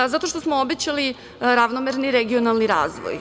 Zato što smo obećali ravnomerni regionalni razvoj.